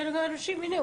הנה,